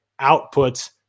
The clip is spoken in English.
outputs